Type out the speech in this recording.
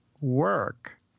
work